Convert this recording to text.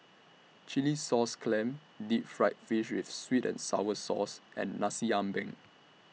Chilli Sauce Clams Deep Fried Fish with Sweet and Sour Sauce and Nasi Ambeng